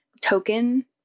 token